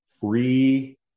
free